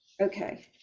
okay